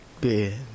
bed